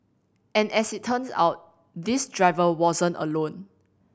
and as it turns out this driver wasn't alone